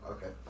Okay